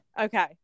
okay